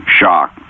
shock